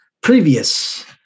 previous